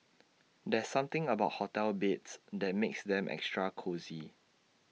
there's something about hotel beds that makes them extra cosy